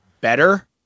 better